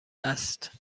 است